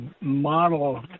model